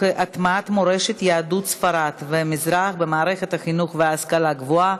להטמעת מורשת יהדות ספרד והמזרח במערכת החינוך וההשכלה הגבוהה,